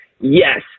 yes